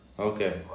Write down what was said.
Okay